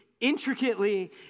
intricately